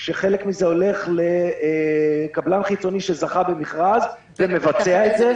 כאשר חלק מזה הולך לקבלן חיצוני שזכה במכרז ומבצע את זה.